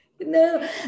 No